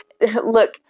Look